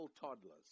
toddlers